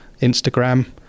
Instagram